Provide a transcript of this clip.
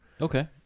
Okay